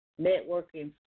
networking